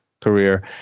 career